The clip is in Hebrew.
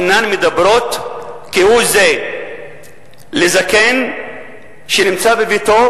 אינם מדברים כהוא זה לזקן שנמצא בביתו,